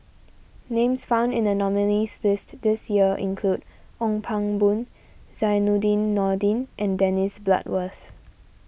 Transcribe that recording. names found in the nominees' list this year include Ong Pang Boon Zainudin Nordin and Dennis Bloodworth